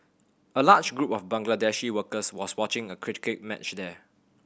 a large group of Bangladeshi workers was watching a cricket match there